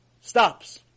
stops